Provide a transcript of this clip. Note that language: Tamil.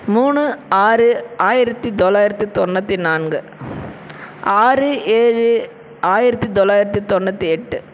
மூணு ஆறு ஆயிரத்து தொள்ளாயிரத்தி தொண்ணூற்றி நான்கு ஆறு ஏழு ஆயிரத்து தொள்ளாயிரத்தி தொண்ணூற்றி எட்டு